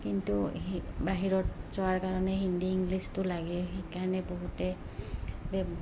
কিন্তু বাহিৰত যোৱাৰ কাৰণে হিন্দী ইংলিছটো লাগে সেইকাৰণে বহুতে ব্যব